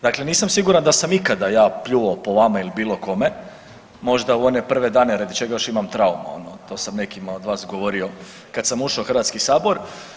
Dakle, nisam siguran da sam ikada ja pljuvao po vama ili bilo kome, možda u one prve dane radi čega još imam traumu ono to sam nekima od vas govorio kad sam ušao u Hrvatski sabor.